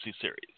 series